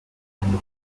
and